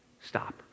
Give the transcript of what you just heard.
stop